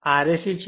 આ Rse છે